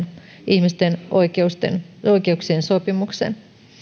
ihmisten oikeuksien sopimuksen